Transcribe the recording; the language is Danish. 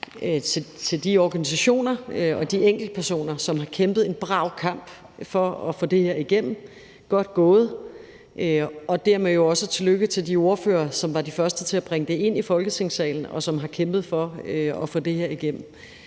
til de organisationer og de enkeltpersoner, som har kæmpet en brav kamp for at få det her igennem – godt gået – og dermed jo også tillykke til de ordførere, som var de første til at bringe det ind i Folketingssalen, og som har kæmpet for at få det her igennem.